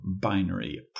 binary